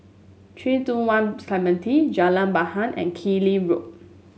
Three two One Clementi Jalan Bahar and Keng Lee Road